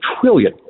trillion